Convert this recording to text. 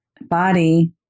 body